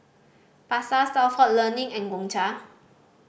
Pasar Stalford Learning and Gongcha